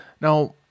Now